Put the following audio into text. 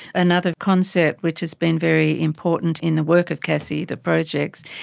another concept which has been very important in the work of casse, the the projects,